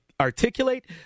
articulate